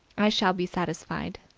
i shall be satisfied.